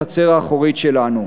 ואל תשכח את החצר האחורית שלנו.